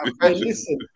listen